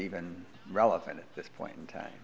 even relevant at this point in time